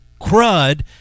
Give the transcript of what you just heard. crud